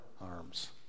arms